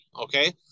okay